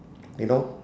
you know